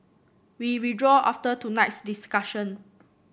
we withdrew after tonight's discussion